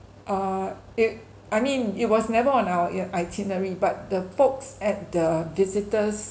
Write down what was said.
uh it I mean it was never on our it itinerary but the folks at the visitors